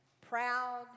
proud